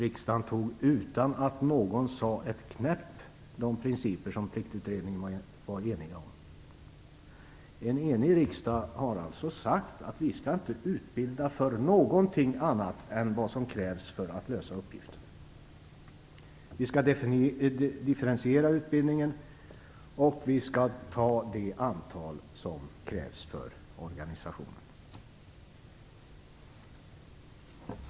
Riksdagen antog, utan att någon sade ett knäpp, de principer som Pliktutredningen var enig om. En enig riksdag har alltså sagt att vi inte skall utbilda för någonting annat än vad som krävs för att lösa uppgiften. Vi skall differentiera utbildningen, och vi skall ha det antal som krävs för organisationen.